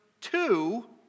two